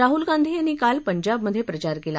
राहुल गांधी यांनी काल पंजाबमधे प्रचार केला